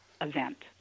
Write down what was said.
event